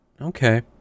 Okay